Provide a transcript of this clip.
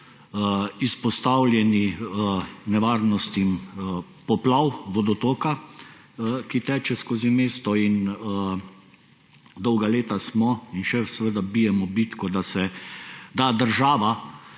izpostavljeni nevarnostim poplav vodotoka, ki teče skozi mesto, in dolga leta smo in še vedno bijemo bitko, da država